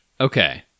Okay